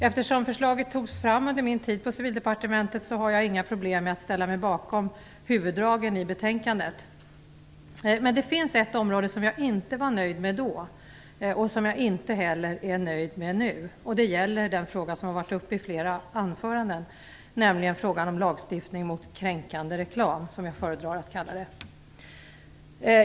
Eftersom förslaget togs fram under min tid på Civildepartementet har jag inga problem med att ställa mig bakom huvuddragen i betänkandet, men det finns ett område som jag inte var nöjd med då och som jag inte heller nu är nöjd med, och det gäller den fråga som har varit uppe i flera anföranden, nämligen lagstiftning mot kränkande reklam, som jag föredrar att kalla det.